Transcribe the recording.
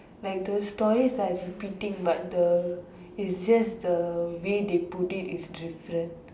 like the stories are repeating but the is just the way they put it is different